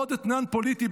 בעוד אתנן פוליטי.